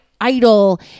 idol